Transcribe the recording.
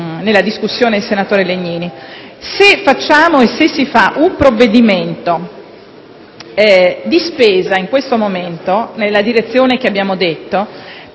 nella discussione, il senatore Legnini, che se possiamo varare un provvedimento di spesa in questo momento, nella direzione che abbiamo detto,